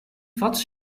vat